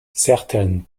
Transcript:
certains